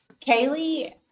Kaylee